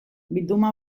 bilduma